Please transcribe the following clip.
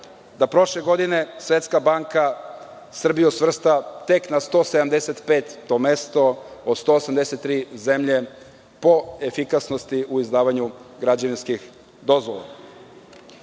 da prošle godine Svetska banka Srbiju svrsta tek na 175 mesto od 183 zemlje po efikasnosti u izdavanju građevinskih dozvola. Jedan